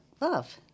love